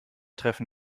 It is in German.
treffen